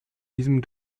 diesem